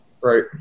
Right